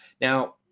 Now